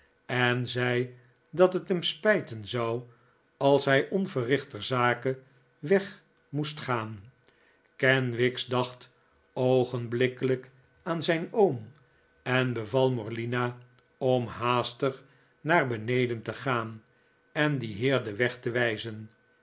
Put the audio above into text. en zei dat het hem spijten zou als hij onverrichter zake weg moest gaan kenwigs dacht oogenblikkelijk aan zijn oom en beval morlina om haastig naar beneden te gaan en dien heer den weg te wijzen